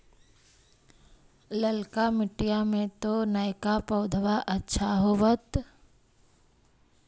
ललका मिटीया मे तो नयका पौधबा अच्छा होबत?